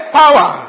power